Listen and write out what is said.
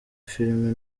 filime